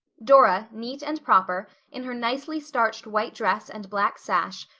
dora, neat and proper, in her nicely starched white dress and black sash,